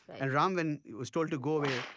and ram, when he was told to go away,